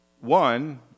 One